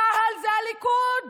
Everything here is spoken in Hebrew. צה"ל זה הליכוד,